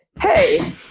Hey